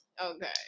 Okay